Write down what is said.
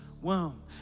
womb